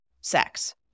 sex